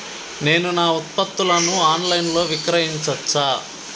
నేను నా ఉత్పత్తులను ఆన్ లైన్ లో విక్రయించచ్చా?